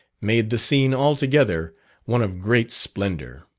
made the scene altogether one of great splendour.